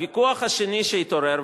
הוויכוח השני שהתעורר,